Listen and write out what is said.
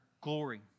glory